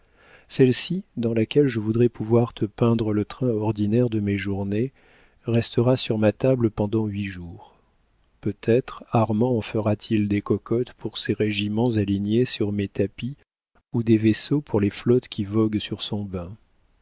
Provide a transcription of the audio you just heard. celle-ci dans laquelle je voudrais pouvoir te peindre le train ordinaire de mes journées restera sur ma table pendant huit jours peut-être armand en fera-t-il des cocotes pour ses régiments alignés sur mes tapis ou des vaisseaux pour les flottes qui voguent sur son bain